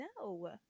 no